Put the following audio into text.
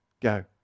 go